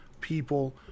people